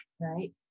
right